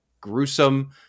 gruesome